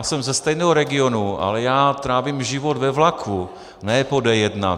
Jsem ze stejného regionu, ale já trávím život ve vlaku, ne po D1.